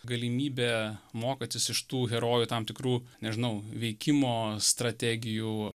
galimybę mokytis iš tų herojų tam tikrų nežinau veikimo strategijų